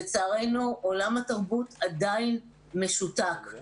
לצערנו, עולם התרבות עדיין משותק.